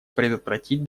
предотвратить